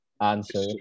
answer